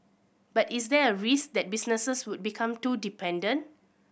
but is there a risk that businesses would become too dependent